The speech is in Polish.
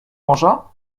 morza